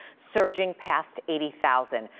surging past eighty thousand.